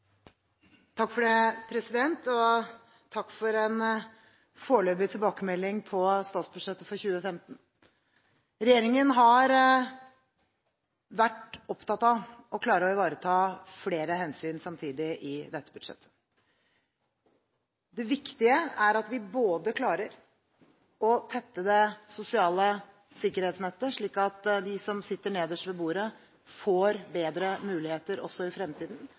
Takk for en foreløpig tilbakemelding på statsbudsjettet for 2015. Regjeringen har vært opptatt av å klare å ivareta flere hensyn samtidig i dette budsjettet. Det viktige er at vi klarer å tette det sosiale sikkerhetsnettet, slik at de som sitter nederst ved bordet, får bedre muligheter i fremtiden.